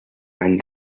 any